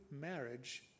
marriage